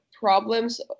problems